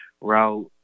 route